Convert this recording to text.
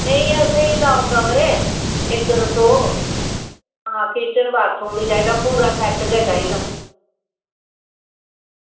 नेईं असें ई दौं कमरे इक्क रसोऽ आं किचन बाथरूम बी चाहिदा पूरा सेट गै चाहिदा